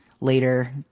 later